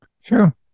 Sure